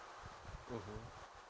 mmhmm